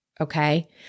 okay